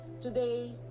today